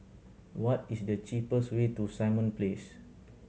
what is the cheapest way to Simon Place